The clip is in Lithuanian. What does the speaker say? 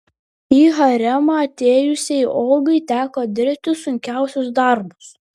į haremą atėjusiai olgai teko dirbti sunkiausius darbus